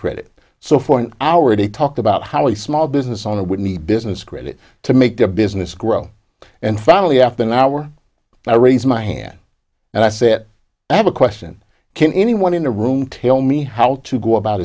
credit so for an hour he talked about how the small business owner with me business credit to make the business grow and finally after an hour i raise my hand and i said i have a question can anyone in the room tell me how to go about